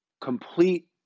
complete